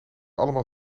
allemaal